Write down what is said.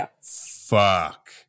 fuck